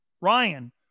Ryan